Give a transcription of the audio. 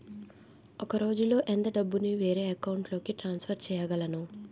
ఒక రోజులో ఎంత డబ్బుని వేరే అకౌంట్ లోకి ట్రాన్సఫర్ చేయగలను?